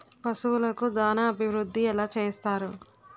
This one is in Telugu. పశువులకు దాన అభివృద్ధి ఎలా చేస్తారు?